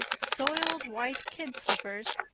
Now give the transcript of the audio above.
soiled white kid slippers,